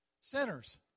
Sinners